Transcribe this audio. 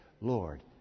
Lord